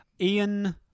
Ian